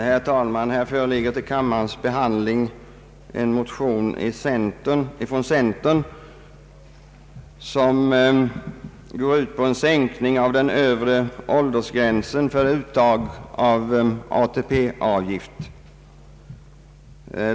Herr talman! Här föreligger till kammarens behandling en motion från centern om en sänkning av den övre åldersgränsen för uttag av ATP-avgift.